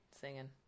singing